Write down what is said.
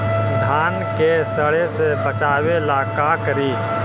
धान के सड़े से बचाबे ला का करि?